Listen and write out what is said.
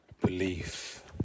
belief